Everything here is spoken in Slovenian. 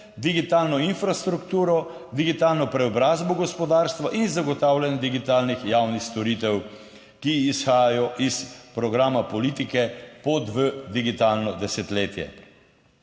digitalno infrastrukturo, digitalno preobrazbo gospodarstva in zagotavljanje digitalnih javnih storitev, ki izhajajo iz programa politike, pot v digitalno desetletje.